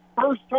first